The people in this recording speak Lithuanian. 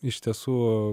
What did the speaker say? iš tiesų